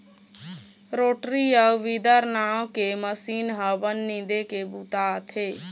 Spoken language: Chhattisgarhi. रोटरी अउ वीदर नांव के मसीन ह बन निंदे के बूता आथे